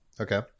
Okay